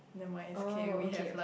never mind it's okay we have like